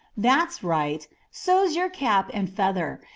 that's right so's your cap and feather.